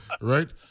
right